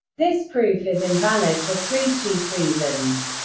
this proof is invalid for three chief reasons.